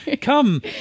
Come